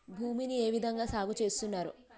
భూమిని ఏ విధంగా సాగు చేస్తున్నారు?